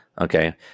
Okay